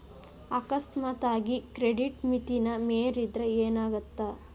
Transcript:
ಅಕಸ್ಮಾತಾಗಿ ಕ್ರೆಡಿಟ್ ಮಿತಿನ ಮೇರಿದ್ರ ಏನಾಗತ್ತ